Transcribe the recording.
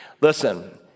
Listen